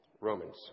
Romans